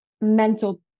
mental